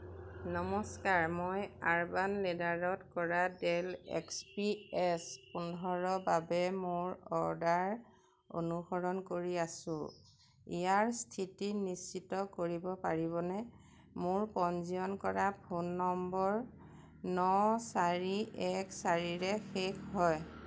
নমস্কাৰ মই আৰ্বান লেডাৰত কৰা ডেল এক্স পি এছ পোন্ধৰ বাবে মোৰ অৰ্ডাৰ অনুসৰণ কৰি আছোঁ ইয়াৰ স্থিতি নিশ্চিত কৰিব পাৰিবনে মোৰ পঞ্জীয়ন কৰা ফোন নম্বৰ ন চাৰি এক চাৰিৰে শেষ হয়